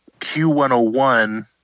Q101